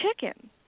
chicken